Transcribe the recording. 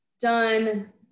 done